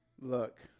Look